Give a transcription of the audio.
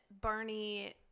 Barney